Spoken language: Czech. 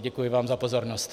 Děkuji vám za pozornost.